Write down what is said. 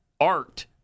art